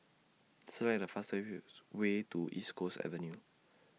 Select The fastest Way to East Coast Avenue